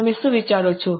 તમે શું વિચારો છો